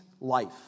life